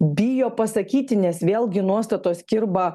bijo pasakyti nes vėlgi nuostatos kirba